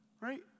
Right